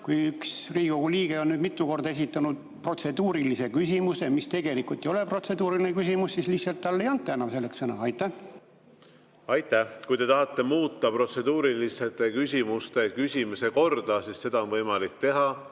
kui üks Riigikogu liige on mitu korda esitanud protseduurilise küsimuse, mis tegelikult ei ole protseduuriline küsimus, siis lihtsalt talle ei anta enam selleks sõna. Aitäh! Kui te tahate muuta protseduuriliste küsimuste küsimise korda, siis seda on võimalik teha,